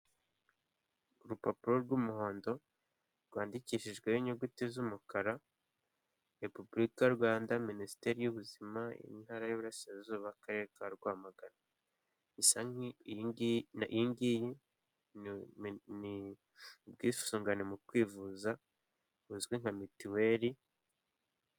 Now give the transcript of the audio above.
Urupapuro rw'umuhondo rwandikishijweho inyuguti z'umukara repubulika y'u rwanda, minisiteri y'ubuzima, intara y'iburasirazuba, akarere ka rwamagana isa nkaho iyi ngiyi ni ubwisungane mu kwivuza buzwi nka mitiweli.